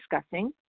discussing